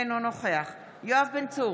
אינו נוכח יואב בן צור,